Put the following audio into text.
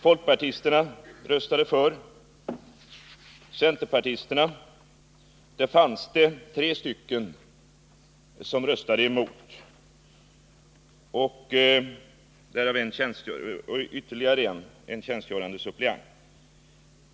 Folkpartisterna röstade för utbyggnad. Bland centerpartisterna fanns det tre plus en tjänstgörande suppleant som röstade mot.